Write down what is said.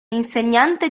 insegnante